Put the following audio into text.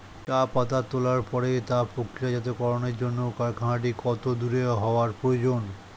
চা পাতা তোলার পরে তা প্রক্রিয়াজাতকরণের জন্য কারখানাটি কত দূর হওয়ার প্রয়োজন?